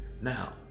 Now